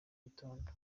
gitondo